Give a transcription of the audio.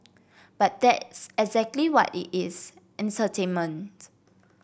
but that's exactly what it is entertainment